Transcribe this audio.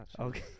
Okay